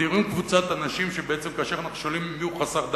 מגדירים קבוצת אנשים שבעצם כאשר אנחנו שואלים מיהו חסרי דת,